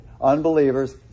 Unbelievers